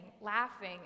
laughing